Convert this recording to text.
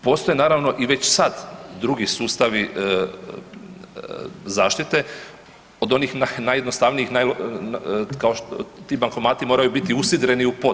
Postoje naravno i već sada drugi sustavi zaštite od onih najjednostavnijih kao što ti bankomati moraju biti usidreni u pod.